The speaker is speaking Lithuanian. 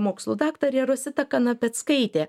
mokslų daktarė rosita kanapeckaitė